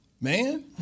man